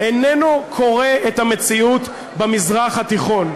איננו קורא את המציאות במזרח התיכון,